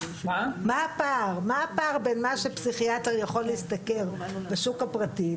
מה הפער בין מה שפסיכיאטר יכול להשתכר בשוק הפרטי,